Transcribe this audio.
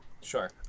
Sure